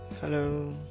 hello